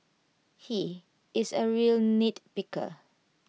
he is A real nitpicker